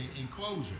enclosure